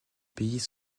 pays